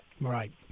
Right